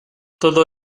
todo